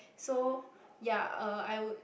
so ya uh I would